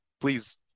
Please